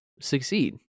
succeed